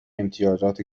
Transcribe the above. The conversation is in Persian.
امتیازات